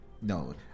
no